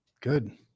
Good